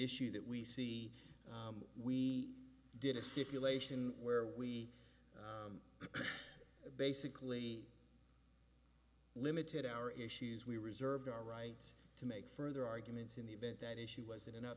issue that we see we did a stipulation where we basically limited our issues we reserved our rights to make further arguments in the event that issue wasn't enough